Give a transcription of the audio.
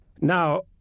Now